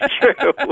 true